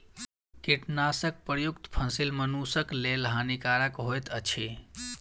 कीटनाशक प्रयुक्त फसील मनुषक लेल हानिकारक होइत अछि